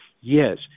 Yes